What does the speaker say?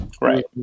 Right